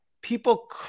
people